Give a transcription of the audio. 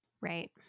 right